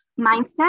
mindset